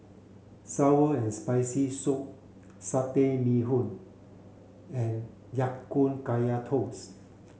sour and spicy soup satay Bee Hoon and Ya Kun Kaya toast